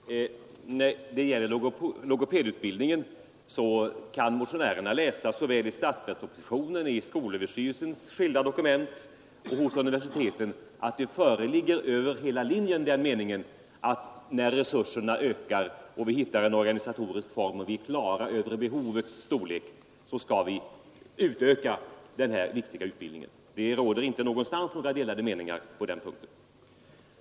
Herr talman! När det gäller logopedutbildningen kan motionärerna läsa såväl i statsverkspropositionen som i skolöverstyrelsens skilda dokument och i uttalanden av universiteten att det föreligger den meningen över hela linjen att när resurserna ökar och vi är klara över behovets storlek, skall vi utöka den här utbildningen. Det råder inga delade meningar på den punkten.